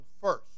first